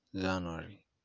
January